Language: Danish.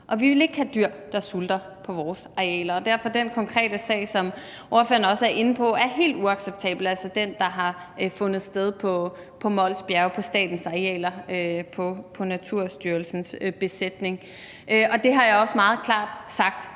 og vi vil ikke have dyr, der sulter på vores arealer, og derfor er den konkrete sag, som spørgeren også er inde på, helt uacceptabel, altså den, der har fundet sted i Mols Bjerge på statens arealer i Naturstyrelsens besætning. Der har jeg også meget klart sagt,